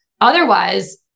Otherwise